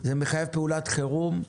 הדבר מחייב פעולת חירום.